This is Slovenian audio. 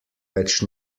več